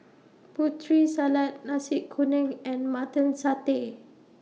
Putri Salad Nasi Kuning and Mutton Satay